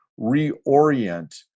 reorient